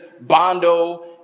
Bondo